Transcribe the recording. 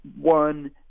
one